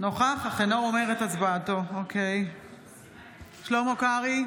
משתתף בהצבעה שלמה קרעי,